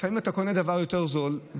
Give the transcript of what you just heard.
לפעמים אתה קונה דבר יותר זול,